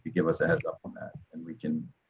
give us a head's up on that and we can